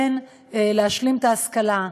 כן להשלים את ההשכלה.